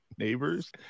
neighbors